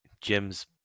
Jim's